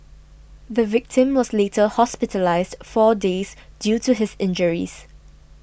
the victim was later hospitalised four days due to his injuries